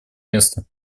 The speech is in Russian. место